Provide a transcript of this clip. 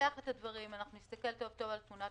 נפתח את הדברים, אנחנו נסתכל טוב-טוב על תמונת